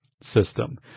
system